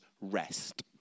rest